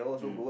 mm